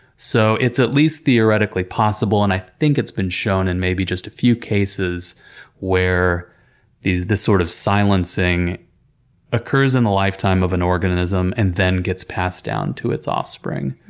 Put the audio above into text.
so, it's at least theoretically possible and i think it's been shown in maybe just a few cases where this sort of silencing occurs in the lifetime of an organism and then gets passed down to its offspring.